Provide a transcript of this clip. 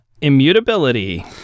immutability